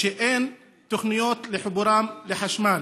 אין תוכניות לחיבורם לחשמל.